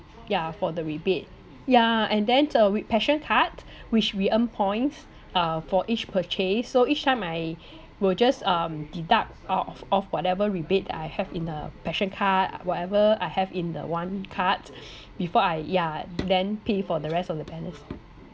ya for the rebate yeah and then uh with passion card which we earn points uh for each purchase so each time I will just um deduct out of off whatever rebate I have in uh passion card whatever I have in the one card before I yeah then pay for the rest of the balance